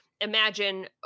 imagine